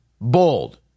Bold